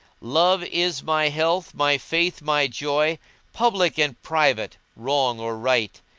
love is my health, my faith, my joy public and private, wrong or right.